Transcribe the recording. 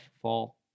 fall